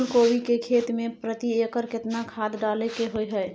फूलकोबी की खेती मे प्रति एकर केतना खाद डालय के होय हय?